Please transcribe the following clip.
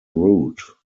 route